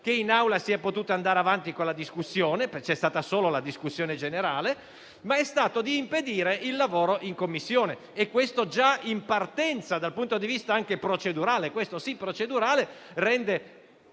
che in Assemblea si è potuto andare avanti con la discussione (c'è stata solo la discussione generale), ma è stato di impedire il lavoro in Commissione. Questo, già in partenza dal punto di vista anche procedurale, rende impossibile o